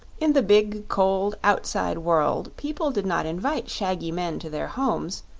in the big, cold, outside world people did not invite shaggy men to their homes,